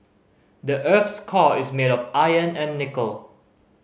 the earth's core is made of iron and nickel